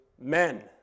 men